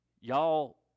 y'all